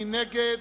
מי נגד?